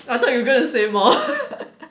I thought you were gonna say more